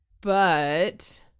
But-